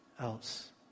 else